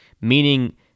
meaning